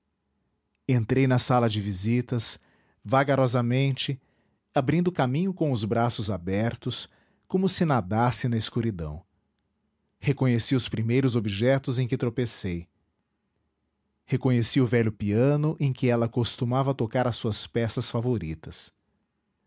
entrei na sala de visitas vagarosamente abrindo caminho com os braços abertos como se nadasse na escuridão reconheci os primeiros objetos em que tropecei reconheci o velho piano em que ela costumava tocar as suas peças favoritas